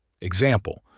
Example